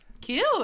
Cute